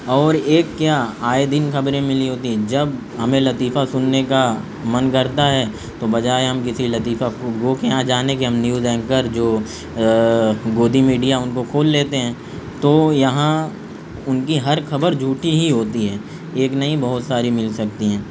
اور ایک کیا آئے دن خبریں ملی ہوتی ہیں جب ہمیں لطیفہ سننے کا من کرتا ہے تو بجائے ہم کسی لطیفہ گو کے یہاں جانے کے ہم نیوز اینکر جو گود میڈیا ان کو کھول لیتے ہیں تو یہاں ان کی ہر خبر جھوٹی ہی ہوتی ہے ایک نہیں بہت ساری مل سکتی ہیں